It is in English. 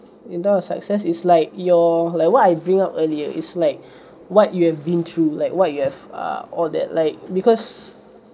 window of success is like you're like why I bring up earlier is like what you have been through like what you have uh or that like because